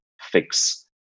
fix